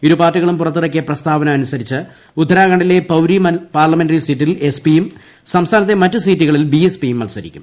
ഇരു പാർട്ടികളും പുറത്തിറക്കിയ പ്രസ്താവന അനുസരിച്ച് ഉത്തരാഖണ്ഡിലെ പൌരി പാർലമെന്ററി സീറ്റിൽ എസ് പിയും സംസ്ഥാനത്തെ മറ്റ് സീറ്റുകളിൽ ബി എസ് പിയും മത്സരിക്കും